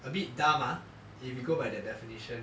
a bit dumb ah if you go by the definition